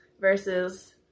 versus